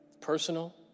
personal